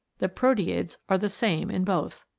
the proteids are the same in both.